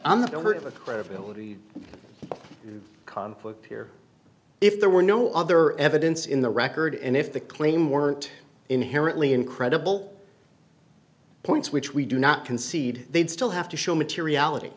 the credibility conflict here if there were no other evidence in the record and if the claim weren't inherently incredible points which we do not concede they'd still have to show materiality